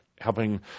helping